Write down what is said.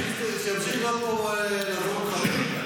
--- שימשיך לעזור למחבלים?